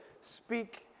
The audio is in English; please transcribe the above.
Speak